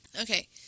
Okay